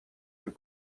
plus